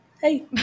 Hey